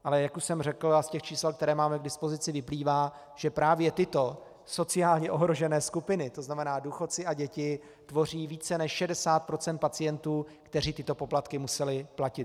Ale jak už jsem řekl, a z čísel, která máme k dispozici, vyplývá, že právě tyto sociálně ohrožené skupiny, to znamená důchodci a děti, tvoří více než 60 % pacientů, kteří tyto poplatky museli platit.